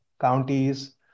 counties